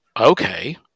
okay